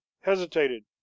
hesitated